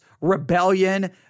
rebellion